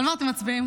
על מה אתם מצביעים?